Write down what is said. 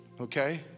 Okay